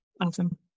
Awesome